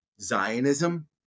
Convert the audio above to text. Zionism